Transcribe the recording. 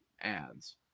ads